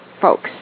folks